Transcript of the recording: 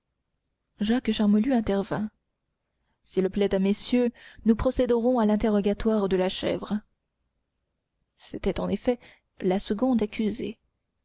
jacques charmolue intervint s'il plaît à messieurs nous procéderons à l'interrogatoire de la chèvre c'était en effet la seconde accusée